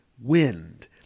wind